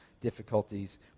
difficulties